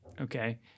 Okay